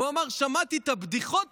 הוא אמר: שמעתי את הבדיחות.